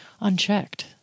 unchecked